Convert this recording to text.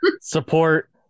support